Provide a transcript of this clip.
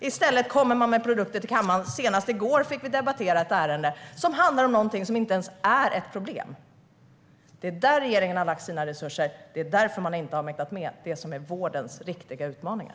I stället kommer man till kammaren med produkter som handlar om någonting som inte ens är ett problem - senast i går fick vi debattera ett sådant ärende. Det är där regeringen har lagt sina resurser, och det är därför man inte har mäktat med det som är vårdens riktiga utmaningar.